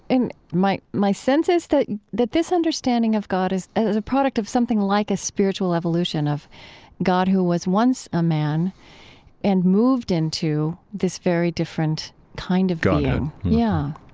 and my my sense is that that this understanding of god is a product of something like a spiritual evolution of god who was once a man and moved into this very different kind of being godhead yeah